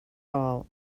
all